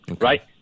Right